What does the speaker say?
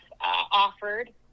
offered